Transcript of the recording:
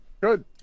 Good